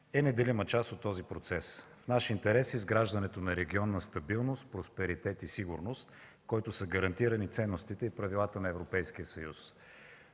е неделима част от този процес. В наш интерес е изграждането на регион на стабилност, просперитет и сигурност, в който са гарантирани ценностите и правилата на Европейския съюз.